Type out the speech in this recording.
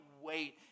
wait